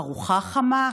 ארוחה חמה,